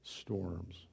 storms